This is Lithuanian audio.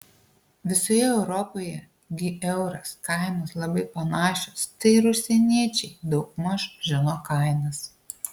visoje europoje gi euras kainos labai panašios tai ir užsieniečiai daugmaž žino kainas